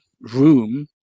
room